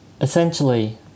Essentially